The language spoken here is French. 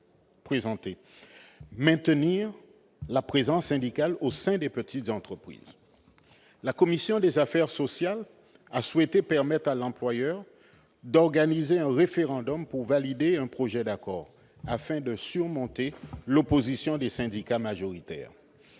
s'agit de maintenir la présence syndicale au sein des petites entreprises. La commission des affaires sociales a souhaité permettre à l'employeur d'organiser un référendum pour valider un projet d'accord afin de surmonter l'opposition des syndicats majoritaires.